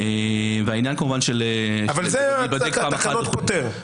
אבל את זה התקנות פותרות.